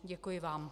Děkuji vám.